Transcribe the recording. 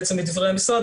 לדברי המשרד,